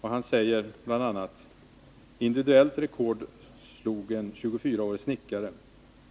Han säger bl.a.: ”Individuellt rekord slog en 24-årig snickare.